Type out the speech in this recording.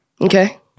Okay